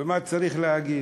ומה צריך להגיד?